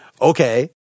Okay